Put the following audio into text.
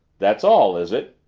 that's all, is it?